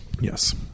Yes